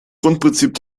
grundprinzip